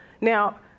Now